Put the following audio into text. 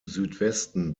südwesten